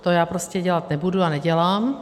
To já prostě dělat nebudu a nedělám.